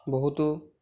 বহুতো